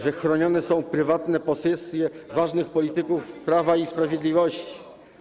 że chronione są prywatne posesje ważnych polityków Prawa i Sprawiedliwości.